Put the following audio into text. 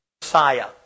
Messiah